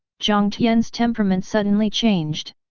jiang tian's temperament suddenly changed.